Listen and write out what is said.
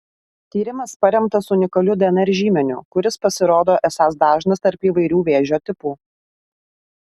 tyrimas paremtas unikaliu dnr žymeniu kuris pasirodo esąs dažnas tarp įvairių vėžio tipų